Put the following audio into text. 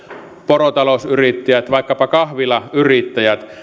porotalousyrittäjät vaikkapa kahvilayrittäjät